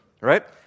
right